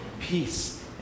peace